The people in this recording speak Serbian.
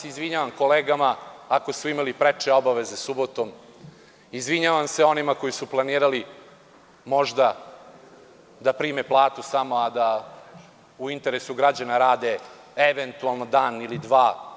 Izvinjavam se kolegama ako su imali preče obaveze subotom, izvinjavam se onima koji su planirali možda da prime platu samo, a da u interesu građana rade eventualno dan ili dva.